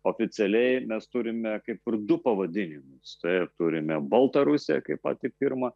oficialiai mes turime kaip ir du pavadinimus tai turime baltarusiją kaip patį pirmą